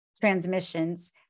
transmissions